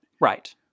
Right